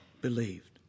believed